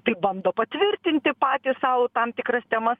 tai bando patvirtinti patys sau tam tikras temas